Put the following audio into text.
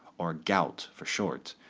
or gout for short,